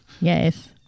Yes